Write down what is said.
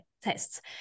tests